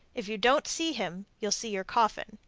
if you don't see him, you'll see your coffin.